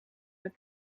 met